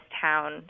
town